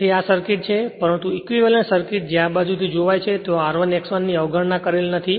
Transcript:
તેથી આ સર્કિટ છે પરંતુ ઇક્વીવેલેંટ સર્કિટ જે આ બાજુ થી જોવાય છે ત્યાં R1 X1 ની અવગણના કરેલ નથી